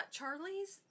Charlie's